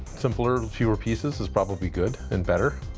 simpler, fewer pieces is probably good and better